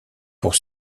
pour